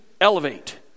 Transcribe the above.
elevate